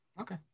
Okay